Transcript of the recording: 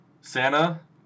Santa